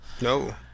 no